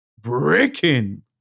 bricking